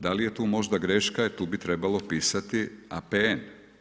Da li je tu možda greška jer tu bi trebalo pisati APN?